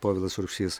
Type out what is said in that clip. povilas urbšys